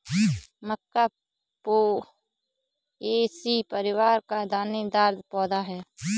मक्का Poaceae परिवार का दानेदार पौधा है